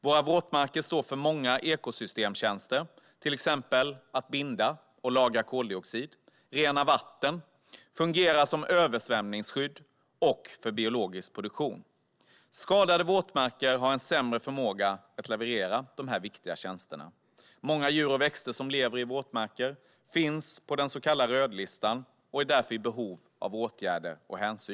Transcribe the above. Våra våtmarker står för många ekosystemtjänster, till exempel att binda och lagra koldioxid, att rena vatten, att fungera som översvämningsskydd och att svara för biologisk produktion. Skadade våtmarker har en sämre förmåga att leverera dessa viktiga tjänster. Många djur och växter som lever i våtmarker finns på den så kallade rödlistan och är i behov av åtgärder och hänsyn.